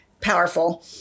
powerful